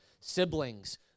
siblings